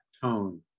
tone